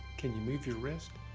can you move your wrist?